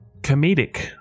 comedic